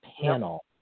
panel